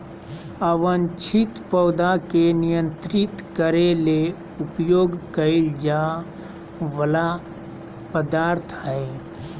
अवांछित पौधा के नियंत्रित करे ले उपयोग कइल जा वला पदार्थ हइ